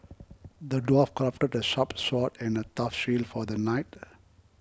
the dwarf crafted a sharp sword and a tough shield for the knight